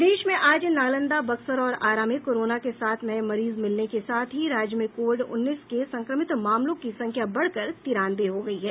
प्रदेश में आज नालंदा बक्सर और आरा में कोरोना के सात नये मरीज मिलने के साथ ही राज्य में कोविड उन्नीस के संक्रमित मामलों की संख्या बढ़कर तिरानवे हो गई है